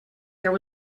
there